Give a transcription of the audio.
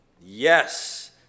Yes